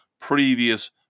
previous